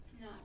No